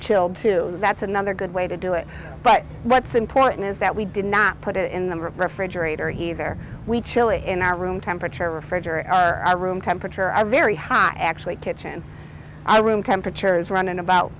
chilled to that's another good way to do it but what's important is that we did not put it in the refrigerator either we chill in our room temperature refrigerator or a room temperature i'm very high actually kitchen i room temperature is running about